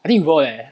I think will eh